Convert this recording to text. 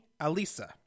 Alisa